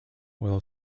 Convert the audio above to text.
oil